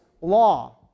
law